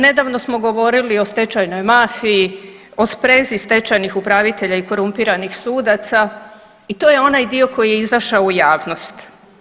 Nedavno smo govorili o stečajnoj mafiji, o sprezi stečajnih upravitelja i korumpiranih sudaca i to je onaj dio koji je izašao u javnost.